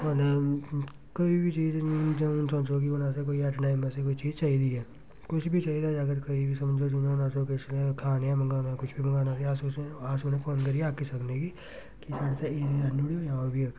कोई बी चीज़ ऐ जदूं समझो असें कोई ऐटा टैम असेंगी कोई चीज़ चाहिदी ऐ कुछ बी चाहिदा ऐ अगर कोई बी समझो जियां हून अस किश खााने दा मंगाना कुछ बी मंगाना ते अस उ'नेंगी फोन करियै आक्खी सकने कि कि असें एह् एह् आह्नी देओ